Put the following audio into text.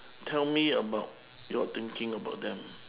tell me about your thinking about them